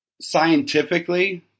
scientifically